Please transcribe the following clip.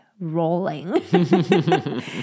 rolling